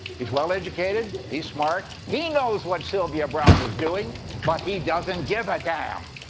he's well educated, he's smart, he knows what sylvia browne is doing but he doesn't give a damn.